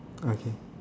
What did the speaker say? okay